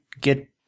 get